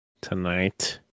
tonight